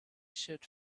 should